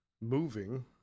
moving